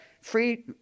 free